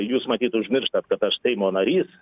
jūs matyt užmirštat kad aš seimo narys